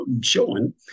showing